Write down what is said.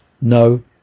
No